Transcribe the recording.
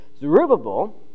Zerubbabel